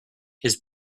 his